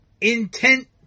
intent